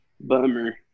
Bummer